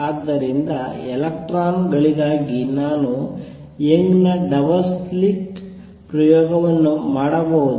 ಆದ್ದರಿಂದ ಎಲೆಕ್ಟ್ರಾನ್ ಗಳಿಗಾಗಿ ನಾನು Young's double slit double slit ಪ್ರಯೋಗವನ್ನು ಮಾಡಬಹುದೇ